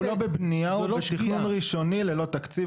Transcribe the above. בתכנון ראשוני, ללא תקציב.